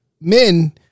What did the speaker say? Men